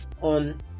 on